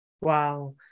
Wow